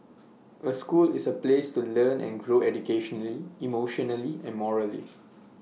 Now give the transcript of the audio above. A school is A place to learn and grow educationally emotionally and morally